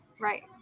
Right